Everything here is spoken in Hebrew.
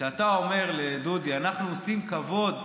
כשאתה אומר לדודי: אנחנו עושים כבוד,